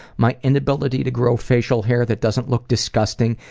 my inability to grow facial hair that doesn't look disgusting,